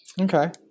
okay